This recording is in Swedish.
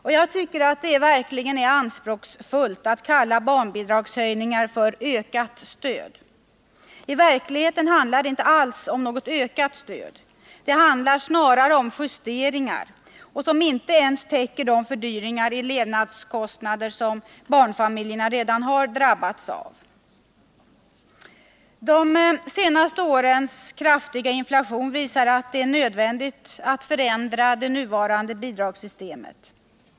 Det är verkligen anspråksfullt att kalla barnbidragshöjningar för ökat stöd. I verkligheten handlar det inte alls om något ökat stöd. Det handlar snarare om justeringar som inte ens täcker de höjda levnadsomkostnaderna för barnfamiljerna. De senaste årens kraftiga inflation visar att det är nödvändigt att förändra det nuvarande barnbidragssystemet.